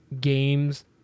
Games